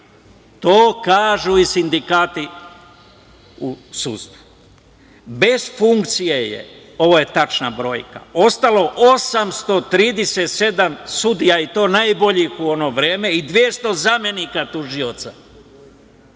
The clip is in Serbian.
To kažu i sindikati u sudstvu. Bez funkcije je, ovo je tačna brojka, ostalo 837 sudija i to najboljih u ono vreme i 200 zamenika tužioca.